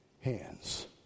hands